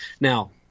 Now